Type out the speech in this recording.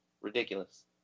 ridiculous